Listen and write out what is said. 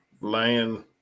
laying